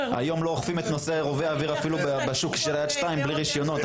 היום לא אוכפים את נושא רובי האוויר אפילו בשוק של "יד 2" בלי רישיונות,